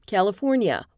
California